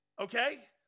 Okay